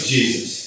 Jesus